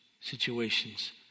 situations